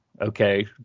okay